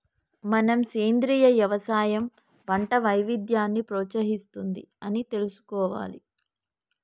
మనం సెంద్రీయ యవసాయం పంట వైవిధ్యాన్ని ప్రోత్సహిస్తుంది అని తెలుసుకోవాలి